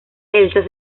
elsa